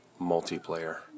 multiplayer